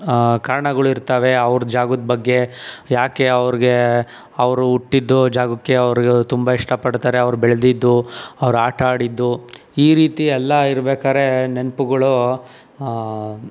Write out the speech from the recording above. ಕಾರ್ಣಗಳು ಇರ್ತವೆ ಅವ್ರ ಜಾಗದ ಬಗ್ಗೆ ಯಾಕೆ ಅವ್ರಿಗೆ ಅವರು ಹುಟ್ಟಿದ್ದ ಜಾಗಕ್ಕೆ ಅವರು ತುಂಬ ಇಷ್ಟಪಡ್ತಾರೆ ಅವ್ರು ಬೆಳೆದಿದ್ದು ಅವ್ರು ಆಟ ಆಡಿದ್ದು ಈ ರೀತಿ ಎಲ್ಲ ಇರ್ಬೇಕಾದ್ರೆ ನೆನಪುಗಳು